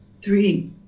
Three